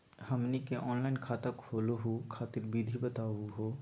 हमनी के ऑनलाइन खाता खोलहु खातिर विधि बताहु हो?